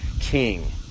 king